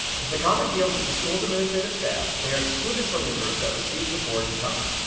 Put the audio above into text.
if the comment deals with the school's administrative staff, they are excluded from the group that receives the forwarded comment.